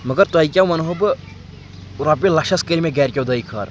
مگر تۄہہِ کیٛاہ وَنہو بہٕ رۄپیہِ لَچھَس کٔرۍ مےٚ گَرِکٮ۪و دۄیہِ خٲر